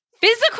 physical